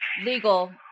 legal